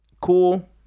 cool